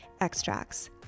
extracts